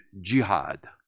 jihad